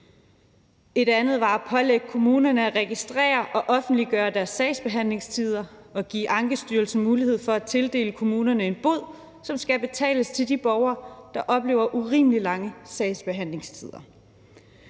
Et andet forslag var at pålægge kommunerne at registrere og offentliggøre deres sagsbehandlingstider og give Ankestyrelsen mulighed for at tildele kommunerne en bod, som skal betales til de borgere, der oplever urimelig lange sagsbehandlingstider.